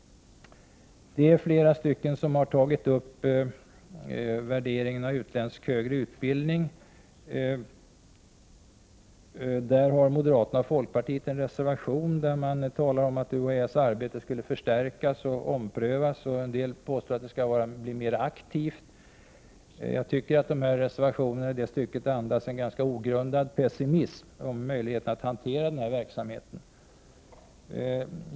Flera talare har också tagit upp värderingen av utländsk högre utbildning. Moderaterna och folkpartiet har en reservation där man talar om att UHÄ:s arbete skall förstärkas och omprövas. En del påstår att det skulle bli mera aktivt. Jag tycker att reservationerna i dessa stycken andas en ganska ogrundad pessimism om möjligheterna att hantera verksamheten.